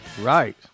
Right